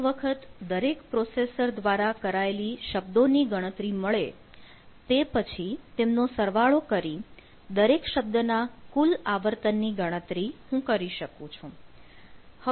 એક વખત દરેક પ્રોસેસર દ્વારા કરાયેલી શબ્દોની ગણતરી મળે તે પછી તેમનો સરવાળો કરી દરેક શબ્દના કુલ આવર્તનની ગણતરી કરી શકું છું